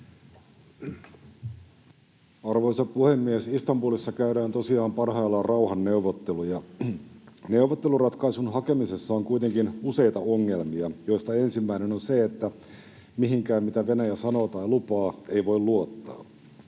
Arvoisa puhemies! Istanbulissa käydään tosiaan parhaillaan rauhanneuvotteluja. Neuvotteluratkaisun hakemisessa on kuitenkin useita ongelmia, joista ensimmäinen on se, että mihinkään, mitä Venäjän sanoo tai lupaa, ei voi luottaa.